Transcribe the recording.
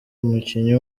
umukinnyi